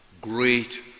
Great